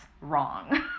wrong